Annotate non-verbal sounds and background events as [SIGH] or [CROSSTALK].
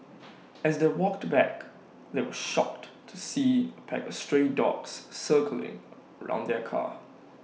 [NOISE] as they walked back they were shocked to see A pack of stray dogs circling around their car